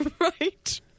Right